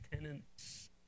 tenants